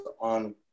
on